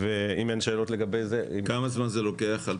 כמה זמן זה לוקח?